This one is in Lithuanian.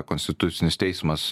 konstitucinis teismas